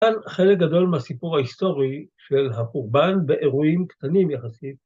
‫כאן חלק גדול מהסיפור ההיסטורי ‫של החורבן באירועים קטנים יחסית.